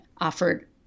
offered